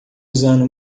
usando